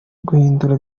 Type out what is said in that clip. guhindura